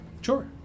Sure